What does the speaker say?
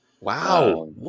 Wow